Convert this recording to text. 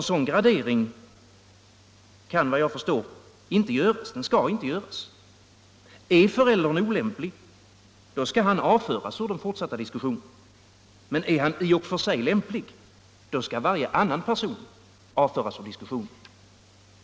En sådan gradering skall inte göras. Är föräldern olämplig, skall han avföras ur diskussionen. Är han i och för sig lämplig, skall varje annan person avföras ur diskussionen.